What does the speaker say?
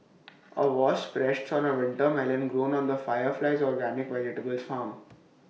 A wasp rests on A winter melon grown on the fire flies organic vegetables farm